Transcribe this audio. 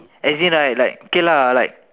as in like like okay lah like